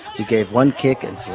he gave one kick in